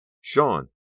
Sean